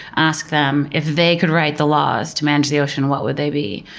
ask them, if they could write the laws to manage the ocean what would they be?